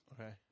Okay